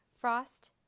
Frost